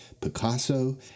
Picasso